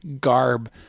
garb